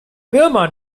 birma